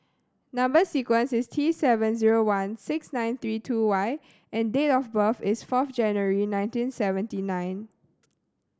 number sequence is T seven zero one six nine three two Y and date of birth is fourth January nineteen seventy nine